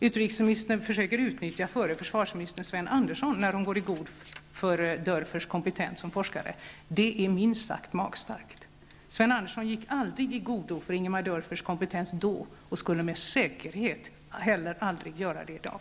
Utrikesministern försöker utnyttja förre försvarsministern Sven Andersson när hon går i god för Dörfers kompetens som forskare. Det är minst sagt magstarkt. Sven Andersson gick aldrig i god för Ingemar Dörfers kompetens då och skulle med säkerhet heller aldrig göra det i dag.